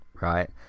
right